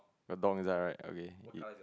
a dog inside right okay it